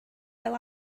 fel